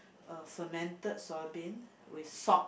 uh fermented soy bean with salt